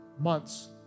months